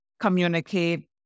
communicate